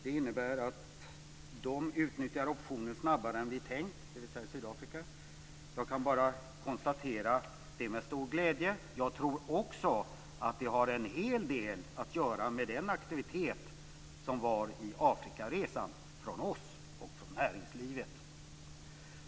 Det innebär att de utnyttjar optionen snabbare än vi hade tänkt. Jag kan bara konstatera det med stor glädje. Jag tror också att det har en hel del att göra med den aktivitet som var i Afrikaresan, från oss och från näringslivet."